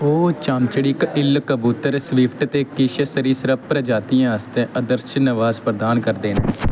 ओह् चमचड़िक्क इल्ल कबूतर स्विफ्ट ते किश सरीसृप प्रजातियें आस्तै आदर्श नवास प्रदान करदे न